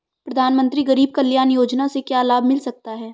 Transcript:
प्रधानमंत्री गरीब कल्याण योजना से क्या लाभ मिल सकता है?